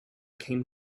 came